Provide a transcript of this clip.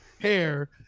hair